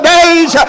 days